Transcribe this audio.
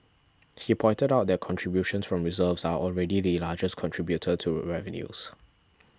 he pointed out that contributions from reserves are already the largest contributor to revenues